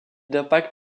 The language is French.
d’impact